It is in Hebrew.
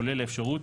כולל האפשרות